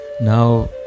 Now